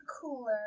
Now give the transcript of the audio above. cooler